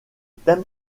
thème